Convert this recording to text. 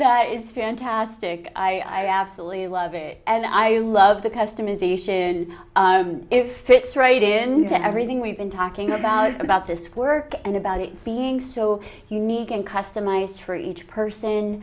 that is fantastic i absolutely love it and i love the customisation if fits right into everything we've been talking about about this work and about it being so unique and customized for each person